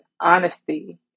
honesty